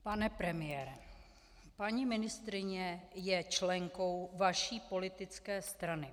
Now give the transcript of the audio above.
Pane premiére, paní ministryně je členkou vaší politické strany.